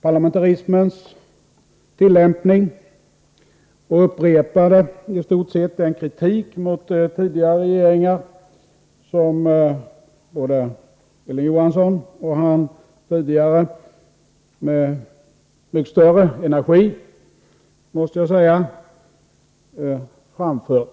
parlamentarismens tillämpning och upprepade i stort sett den kritik mot tidigare regeringar som både Hilding Johansson och han — med mycket större energi, måste jag säga — tidigare framfört.